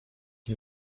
nie